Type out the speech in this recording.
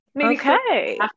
okay